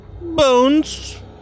Bones